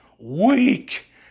Weak